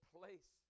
place